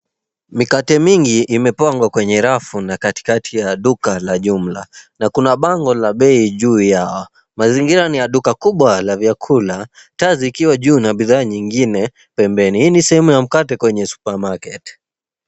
Mikate mingi imepangwa kwenye rafu na katikati ya duka la jumla na kuna bango la bei juu yao. Mazingira ni ya duka kubwa la vyakula, taa zikiwa juu na bidhaa nyingine pembeni. Hii ni sehemu ya mkate kwenye supermarket .